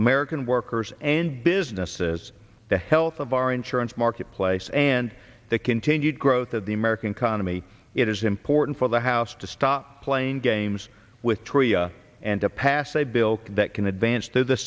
american workers and businesses the health of our insurance marketplace and the continued growth of the american economy it is important for the house to stop playing games with tria and to pass a bill that can advance to the